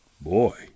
boy